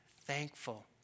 thankful